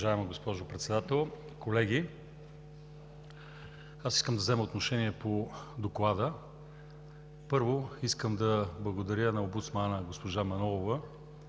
Уважаема госпожо Председател, колеги! Искам да взема отношение по Доклада. Първо, искам да благодаря на омбудсмана госпожа Манолова,